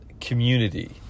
community